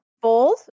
Bold